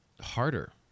harder